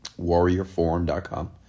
Warriorforum.com